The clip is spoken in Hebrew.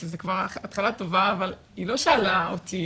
שזה כבר התחלה טובה אבל היא לא שאלה אותי